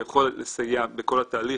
יכול לסייע בכל התהליך,